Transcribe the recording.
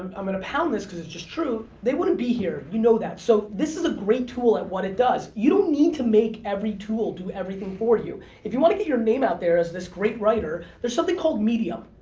i'm going to pound this because it is just true. they wouldn't be here, you know that, so this is a great tool at what it does you don't need to make every tool do everything for you. if you want to get your name out there as this great writer there's something called medium.